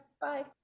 Bye